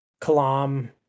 Kalam